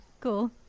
Cool